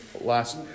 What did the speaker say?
last